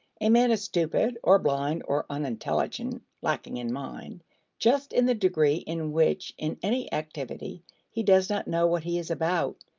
a man is stupid or blind or unintelligent lacking in mind just in the degree in which in any activity he does not know what he is about,